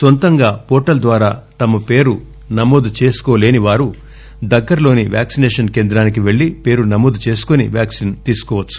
నొంతంగా portal ద్వారా తమ పేరు నమోదు చేసుకోలేని వారు దగ్గరలోని వ్యాక్సినేషన్ కేంద్రానికి పెళ్లి పేరు నమోదు చేసుకొని వ్యాక్సిన్ తీసుకోవచ్చు